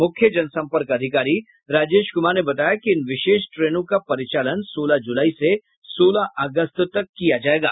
मुख्य जनसंपर्क अधिकारी राजेश कुमार ने बताया कि इन विशेष ट्रेनों का परिचालन सोलह जुलाई से सोलह अगस्त तक किया जायेगा